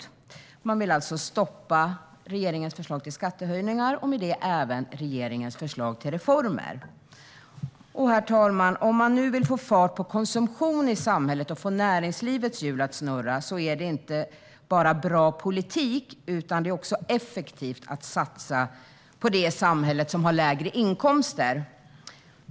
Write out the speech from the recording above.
Man vill alltså stoppa regeringens förslag till skattehöjningar och med det även regeringens förslag till reformer. Herr talman! Om man nu vill få fart på konsumtion i samhället och få näringslivets hjul att snurra är det inte bara bra politik utan också effektivt att satsa på dem i samhället som har lägre inkomster.